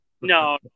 No